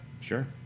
sure